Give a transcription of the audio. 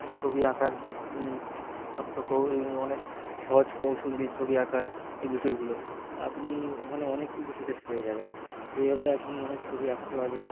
ছবি আঁকার ছোট্ট ক অনেক সহজ কৌশল দিয়ে ছবি আঁকার এই বিষয়গুলো তো আপনি ওখানে অনেক কিছু ফিচার্স পেয়ে যাবেন এইভাবে আপনি অনেক ছবি আঁকতে পারবেন